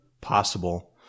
possible